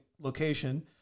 location